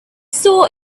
saw